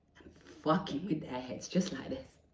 fucking with their heads, just like this.